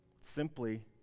simply